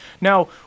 Now